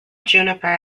juniper